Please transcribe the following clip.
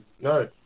no